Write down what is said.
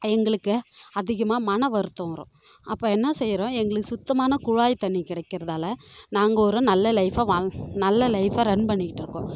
எங்களுக்கு அதிகமா மன வருத்தம் வரும் அப்போ என்ன செய்கிறோம் எங்களுக்கு சுத்தமான குழாய் தண்ணீர் கிடைக்கறதால நாங்கள் ஒரு நல்ல லைஃபை வாழ் நல்ல லைஃபை ரன் பண்ணிகிட்டிருக்கோம்